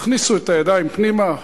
תכניסו את הידיים פנימה,